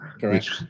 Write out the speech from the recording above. correct